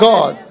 God